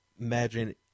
imagine